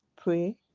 pray